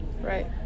Right